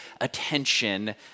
attention